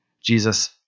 Jesus